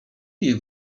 ich